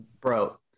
Bro